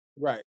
Right